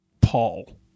Paul